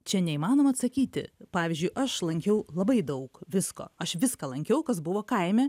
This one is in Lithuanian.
čia neįmanoma atsakyti pavyzdžiui aš lankiau labai daug visko aš viską lankiau kas buvo kaime